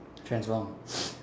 transform